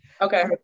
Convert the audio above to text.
Okay